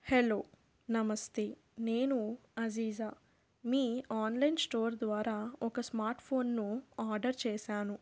hello namaste నేను అజీజా మీ online store ద్వారా ఒక స్మార్ట్ఫోన్ను ఆర్డర్ చేశాను